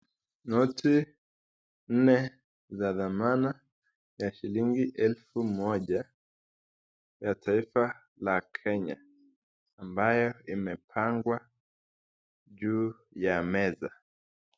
Zote nne za dhamana ya shillingi elfu moja ya taifa la Kenya ambayo imepangwa juu ya meza.